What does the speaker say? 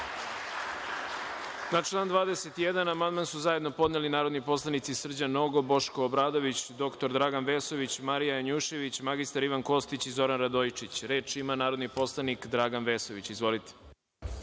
Na član 21. amandman su zajedno podneli narodni poslanici Srđan Nogo, Boško Obradović, dr Dragan Vesović, Marija Janjušević, mr Ivan Kostić i Zoran Radojičić. Reč ima narodni poslanik Dragan Vesović. Izvolite.